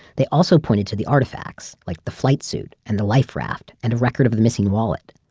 they also pointed to the artifacts, like the flight suit, and the life raft, and a record of the missing wallet,